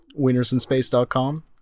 winnersinspace.com